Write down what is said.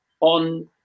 on